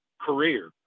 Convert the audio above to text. career